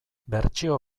bertsio